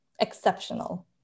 exceptional